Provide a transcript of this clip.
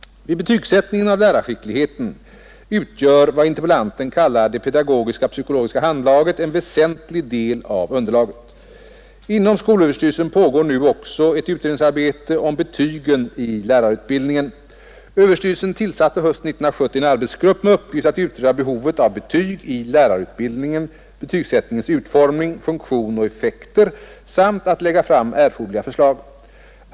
Vid betygsättningen av lärarskickligheten utgör vad interpellanten kallar det pedagogiska, psykologiska handlaget en väsentlig del av underlaget. Inom skolöverstyrelsen pågår nu också ett utredningsarbete om betygen i lärarutbildningen. Överstyrelsen tillsatte hösten 1970 en arbetsgrupp med uppgift att utreda behovet av betyg i lärarutbildningen, betygsättningens utformning, funktion och effekter samt att lägga fram erforderliga förslag.